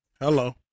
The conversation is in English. Hello